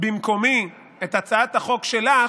במקומי את הצעת החוק שלך,